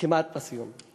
כמעט בסיום.